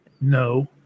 No